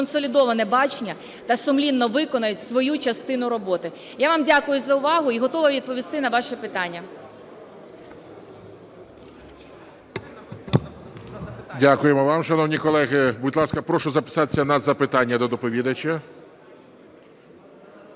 консолідоване бачення та сумлінно виконають свою частину роботи. Я вам дякую за увагу і готова відповісти на ваші питання.